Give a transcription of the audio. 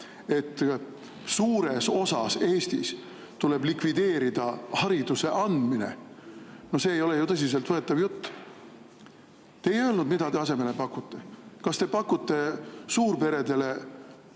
et suures osas Eestis tuleb likvideerida hariduse andmine – no see ei ole tõsiseltvõetav jutt. Te ei öelnud, mida te asemele pakute. Kas te pakute suurperedele